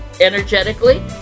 energetically